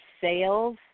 sales